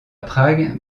prague